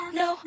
no